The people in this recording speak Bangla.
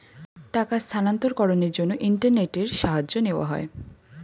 টাকার স্থানান্তরকরণের জন্য ইন্টারনেটের সাহায্য নেওয়া হয়